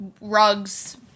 rugs